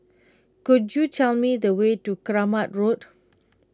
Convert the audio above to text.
could you tell me the way to Keramat Road